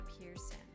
Pearson